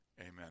Amen